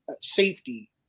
safety